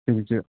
തിരിച്ച്